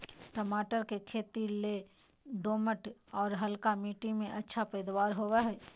टमाटर के खेती लेल दोमट, आर हल्का मिट्टी में अच्छा पैदावार होवई हई